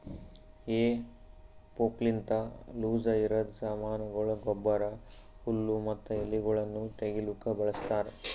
ಹೇ ಫೋರ್ಕ್ಲಿಂತ ಲೂಸಇರದ್ ಸಾಮಾನಗೊಳ, ಗೊಬ್ಬರ, ಹುಲ್ಲು ಮತ್ತ ಎಲಿಗೊಳನ್ನು ತೆಗಿಲುಕ ಬಳಸ್ತಾರ್